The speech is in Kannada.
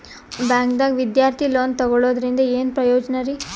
ಬ್ಯಾಂಕ್ದಾಗ ವಿದ್ಯಾರ್ಥಿ ಲೋನ್ ತೊಗೊಳದ್ರಿಂದ ಏನ್ ಪ್ರಯೋಜನ ರಿ?